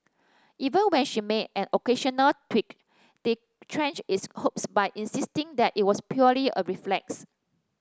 even when she made an occasional twitch they quashed his hopes by insisting that it was purely a reflex